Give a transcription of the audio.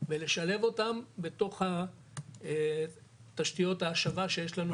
ולשלב אותם בתוך תשתיות ההשבה שיש לנו.